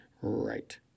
Right